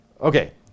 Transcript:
Okay